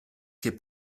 che